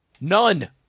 None